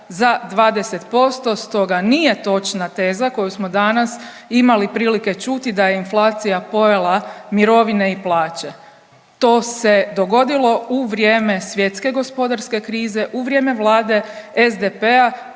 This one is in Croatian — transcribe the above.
za 20%, stoga nije točna teza koju smo danas imali prilike čuti da je inflacija pojela mirovine i plaće. To se dogodilo u vrijeme svjetske gospodarske krize, u vrijeme Vlade SDP-a